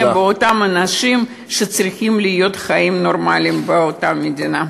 באותם אנשים שצריכים לחיות חיים נורמליים באותה מדינה.